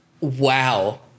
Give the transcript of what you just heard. Wow